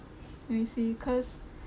I see cause